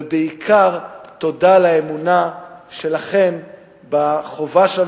ובעיקר תודה על האמונה שלכם בחובה שלנו